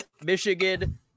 Michigan